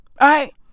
right